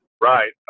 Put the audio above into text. Right